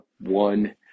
one